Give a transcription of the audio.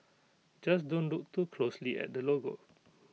just don't look too closely at the logo